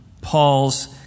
Paul's